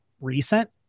recent